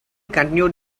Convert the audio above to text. continued